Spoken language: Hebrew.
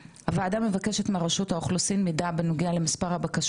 למספר הבקשות שהוגשו על ידי עובדי הסיעוד,